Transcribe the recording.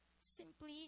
simply